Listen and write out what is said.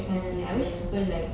mm mm